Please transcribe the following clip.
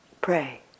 pray